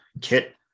Kit